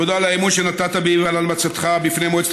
תודה על האמון שנתת בי ועל המלצתך בפני מועצת